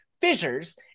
fissures